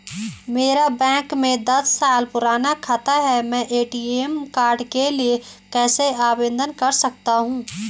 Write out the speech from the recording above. मेरा बैंक में दस साल पुराना खाता है मैं ए.टी.एम कार्ड के लिए कैसे आवेदन कर सकता हूँ?